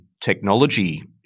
technology